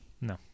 No